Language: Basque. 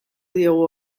diogu